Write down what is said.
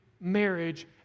marriage